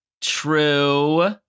True